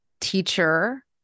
teacher